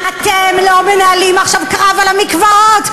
אתם לא מנהלים עכשיו קרב על המקוואות.